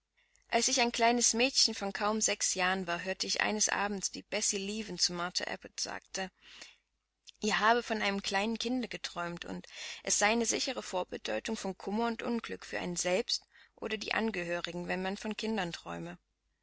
als ich ein kleines mädchen von kaum sechs jahren war hörte ich eines abends wie bessie leaven zu marthe abbot sagte ihr habe von einem kleinen kinde geträumt und es sei eine sichere vorbedeutung von kummer und unglück für einen selbst oder die angehörigen wenn man von kindern träume